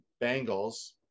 Bengals